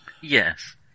Yes